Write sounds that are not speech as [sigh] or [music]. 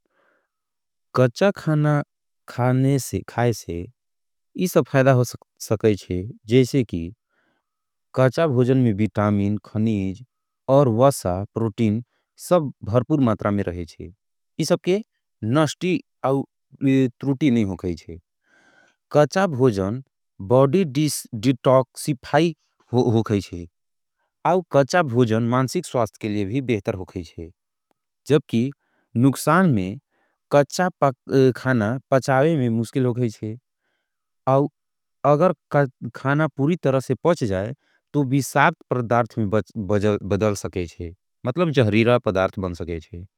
कच्या खाने [hesitation] से ये सब [hesitation] फायदा हो सके जैसे कि कच्या भोजन में विटामिन, खनीज और वसा, प्रोटीन सब भर्पूर मात्रा में रहे जैसे ये सब के नष्टी [hesitation] और तुरूटी नहीं हो गई जैसे कच्या भोजन बोडी [hesitation] डिटोक्सिफाइ हो गई जैसे आउ कच्या भोजन मानसिक स्वास्थ के लिए भी बेहतर हो गई जैसे जब कि नुक्सान में [hesitation] कच्या खाना पचावें में मुष्किल हो गई जैसे आउ अगर खाना पूरी तरह से पच जाए तो [hesitation] भीसाक्त परदार्थ में मतलब जहरीरा पदार्थ बन सके जे।